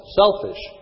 selfish